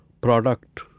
product